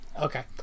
Okay